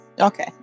Okay